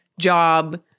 job